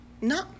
No